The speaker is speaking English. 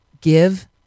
give